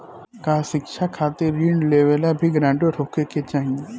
का शिक्षा खातिर ऋण लेवेला भी ग्रानटर होखे के चाही?